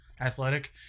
athletic